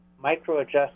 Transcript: micro-adjust